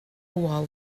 wall